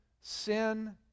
sin